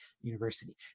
university